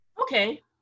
Okay